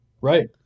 Right